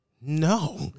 no